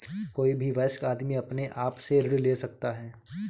कोई भी वयस्क आदमी अपने आप से ऋण ले सकता है